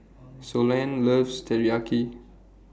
Sloane loves Teriyaki